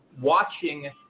watching